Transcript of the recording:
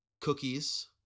cookies